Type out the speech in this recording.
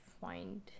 find